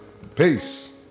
Peace